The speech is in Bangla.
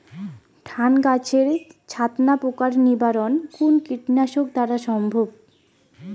ধান গাছের ছাতনা পোকার নিবারণ কোন কীটনাশক দ্বারা সম্ভব?